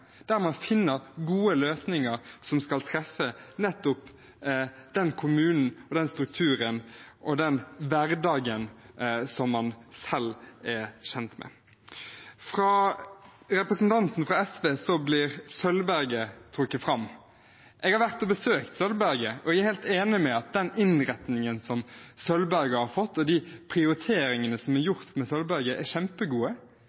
der man skal finne gode løsninger som skal treffe nettopp den kommunen, den strukturen og den hverdagen som man selv er kjent med. Fra representanten fra SV ble Sølvberget trukket fram. Jeg har vært og besøkt Sølvberget og er helt enig i at den innretningen som det har fått, og de prioriteringene som er